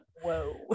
Whoa